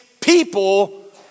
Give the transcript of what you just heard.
people